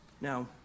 Now